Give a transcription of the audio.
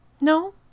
No